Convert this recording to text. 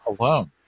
alone